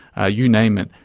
ah you name it,